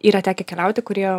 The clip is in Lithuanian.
yra tekę keliauti kurie